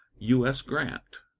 u s. grant.